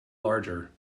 larger